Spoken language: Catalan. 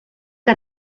que